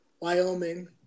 Wyoming